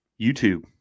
youtube